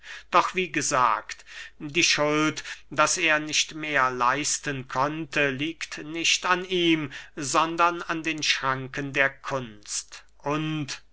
doch wie gesagt die schuld daß er nicht mehr leisten konnte liegt nicht an ihm sondern an den schranken der kunst und